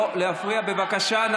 לא להפריע, בבקשה.